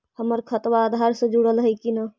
हमर खतबा अधार से जुटल हई कि न?